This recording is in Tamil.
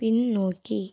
பின்னோக்கி